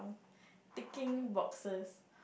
ticking boxes